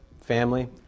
family